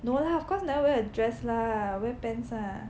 no lah of course never wear a dress lah wear pants ah